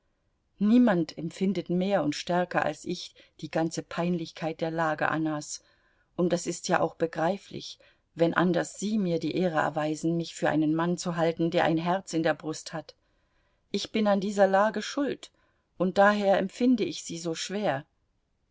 niemand empfindet mehr und stärker als ich die ganze peinlichkeit der lage annas und das ist ja auch begreiflich wenn anders sie mir die ehre erweisen mich für einen mann zu halten der ein herz in der brust hat ich bin an dieser lage schuld und daher empfinde ich sie so schwer